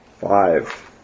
Five